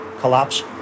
collapse